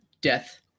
death